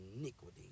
iniquity